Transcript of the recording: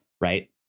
right